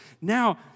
Now